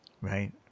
Right